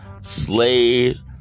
slave